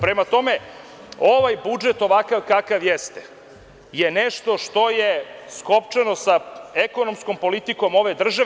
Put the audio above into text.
Prema tome, ovaj budžet, ovakav kakav jeste, je nešto što je skopčano sa ekonomskom politikom ove države.